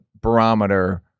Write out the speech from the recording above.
barometer